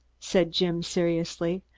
said jim seriously,